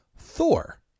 thor